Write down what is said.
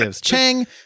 Chang